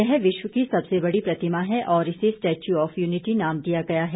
यह विश्व की सबसे बड़ी प्रतिमा है और इसे स्टैच्यू ऑफ यूनिटी नाम दिया गया है